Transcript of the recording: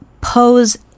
pose